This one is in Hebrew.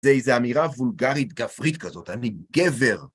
זה איזו אמירה וולגרית גברית כזאת, אני גבר.